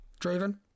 Draven